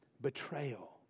betrayal